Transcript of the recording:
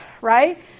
right